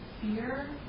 fear